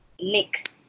Nick